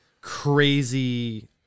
crazy